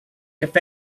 cafe